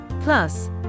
plus